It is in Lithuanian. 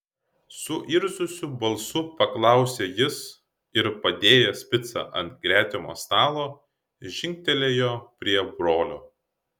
suirzusiu balsu paklausė jis ir padėjęs picą ant gretimo stalo žingtelėjo prie brolio